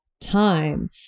time